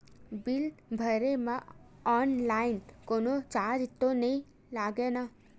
Bill भरे मा online कोनो चार्ज तो नई लागे ना?